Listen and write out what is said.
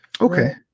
Okay